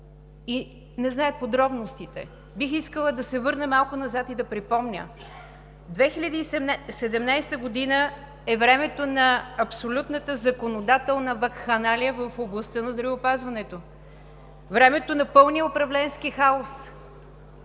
и не знаят подробностите, бих искала да се върна малко назад и да припомня – 2017 г. е времето на абсолютната законодателна вакханалия в областта на здравеопазването, времето на пълния управленски хаос.